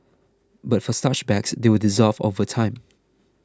but for starch bags they will dissolve over time